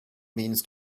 means